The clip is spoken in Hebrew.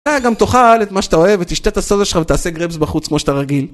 אולי גם תוכל את מה שאתה אוהב ותשתה את הסודה שלך ותעשה גרפס בחוץ כמו שאתה רגיל